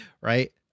Right